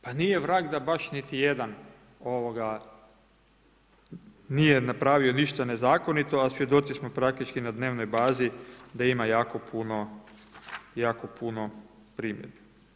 Pa nije vrag, da baš niti jedan nije napravio ništa nezakonito, a svjedoci smo praktički na dnevnoj bazi da ima jako puno primjedbi.